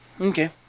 Okay